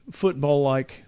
football-like